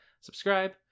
subscribe